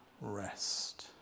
rest